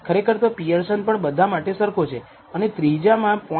ખરેખર તો પિઅરસન પણ બધા માટે સરખો છે અને ત્રીજા મા 0